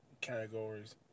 categories